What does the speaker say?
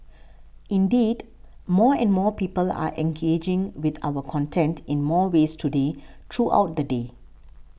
indeed more and more people are engaging with our content in more ways today throughout the day